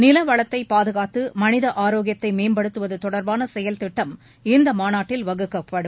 நில வளத்தை பாதுகாத்து மனித ஆரோக்கியத்தை மேம்படுத்துவது தொடர்பான செயல் திட்டம் இந்த மாநாட்டில் வகுக்கப்படும்